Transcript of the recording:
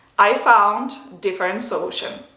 i found different solution.